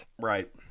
Right